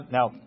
Now